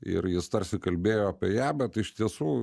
ir jis tarsi kalbėjo apie ją bet iš tiesų